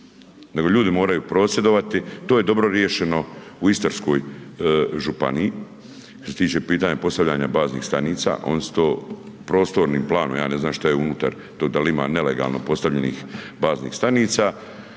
ljudi moraju prosvjedovati, to je dobro riješeno u Istarskoj županiji, što se tiče pitanja postavljanja baznih stanica, oni su to prostornim planom, ja ne znam šta je unutar tog, dal ima nelegalno postavljenih baznih stanica,